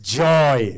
joy